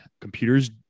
computers